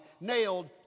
nailed